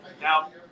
Now